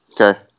Okay